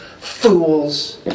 fools